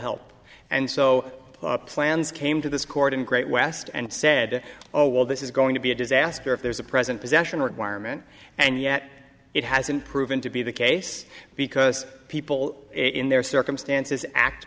help and so plans came to this court in great west and said oh well this is going to be a disaster if there's a present possession requirement and yet it hasn't proven to be the case because people in their circumstances act